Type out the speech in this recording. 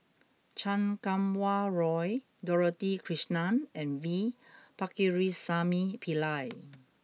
Chan Kum Wah Roy Dorothy Krishnan and V Pakirisamy Pillai